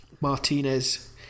Martinez